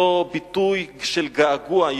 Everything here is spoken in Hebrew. אותו ביטוי של געגוע,